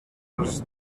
els